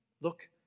Look